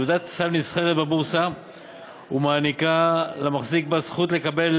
תעודת סל נסחרת בבורסה ומעניקה למחזיק בה זכות לקבל